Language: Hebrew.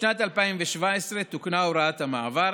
בשנת 2017 תוקנה הוראת המעבר